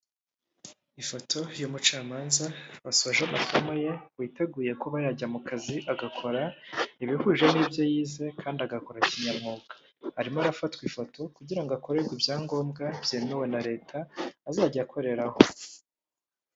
Ifoto y'umucamanza wasoje amasomo ye witeguye kuba yajya mu kazi agakora ibihuje nibyo yize kandi agakora kinyamwuga arimo arafatwa ifoto kugira ngo akorerwe ibyangombwa byemewe na leta azajya akoreraho.